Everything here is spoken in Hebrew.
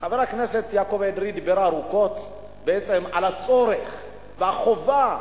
חבר הכנסת יעקב אדרי דיבר ארוכות בעצם על הצורך והחובה,